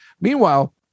Meanwhile